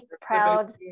proud